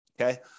Okay